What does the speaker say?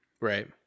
Right